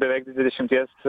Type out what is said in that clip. beveik dvidešimties